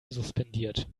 suspendiert